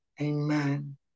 Amen